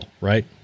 right